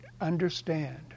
understand